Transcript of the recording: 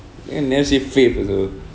and never say faith also